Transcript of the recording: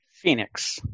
Phoenix